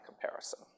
comparison